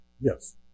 Yes